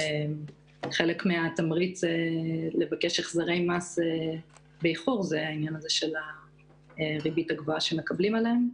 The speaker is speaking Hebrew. חלק מהתמריץ לקבל החזרי מס באיחור זה הריבית הגדולה שמקבלים עבורם.